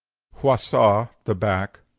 huasa, the back.